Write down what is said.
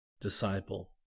Disciple